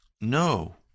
No